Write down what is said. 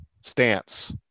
stance